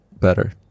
better